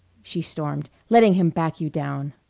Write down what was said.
she stormed, letting him back you down!